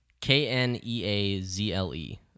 K-N-E-A-Z-L-E